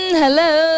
hello